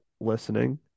listening